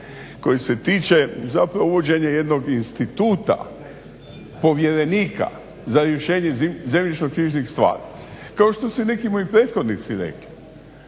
38.koji se tiče uvođenja jednog instituta povjerenika za rješenje zemljišnoknjižnih stvari. Kao što su i neki moji prethodnici rekli